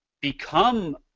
become